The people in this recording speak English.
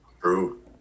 True